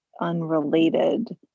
unrelated